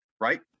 Right